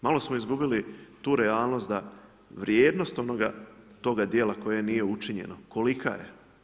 Malo smo izgubili tu realnost da vrijednost onoga, toga dijela koje nije učinjeno, kolika je.